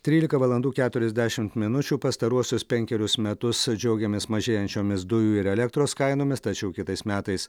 trylika valandų keturiasdešimt minučių pastaruosius penkerius metus džiaugiamės mažėjančiomis dujų ir elektros kainomis tačiau kitais metais